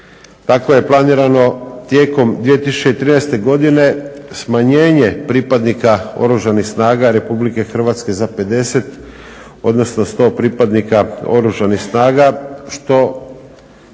Tako je planirano tijekom 2013. godine smanjenje pripadnika Oružanih snaga Republike Hrvatske za 50 odnosno 100 pripadnika Oružanih snaga što